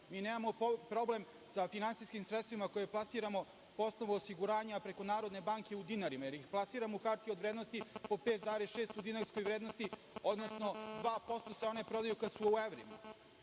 Mi nemamo problem sa finansijskim sredstvima, koje plasiramo po osnovu osiguranja preko Narodne banke u dinarima, jer ih plasiramo u hartije u vrednosti, po 5, 6 u dinarskoj vrednosti, odnosno 2% se one prodaju kad su u evrima. Imamo